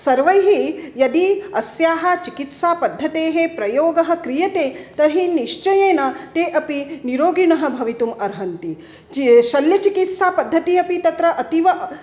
सर्वैः यदि अस्याः चिकित्सापद्धतेः प्रयोगः क्रियते तर्हि निश्चयेन ते अपि निरोगिणः भवितुम् अर्हन्ति शल्यचिकित्सा पद्धतिः तत्र अतीव